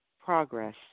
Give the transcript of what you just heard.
progress